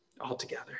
altogether